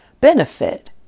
benefit